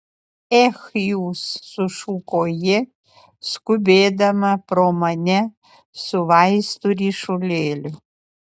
ech jūs sušuko ji skubėdama pro mane su vaistų ryšulėliu